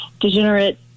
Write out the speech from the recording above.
degenerate